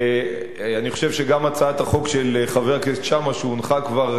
אני חושב שגם הצעת החוק של חבר הכנסת שאמה שעברה